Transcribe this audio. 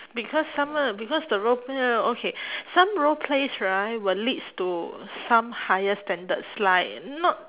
because someone because the role play lah okay some roleplays right will leads to some higher standards like not